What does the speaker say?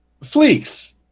Fleeks